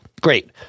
Great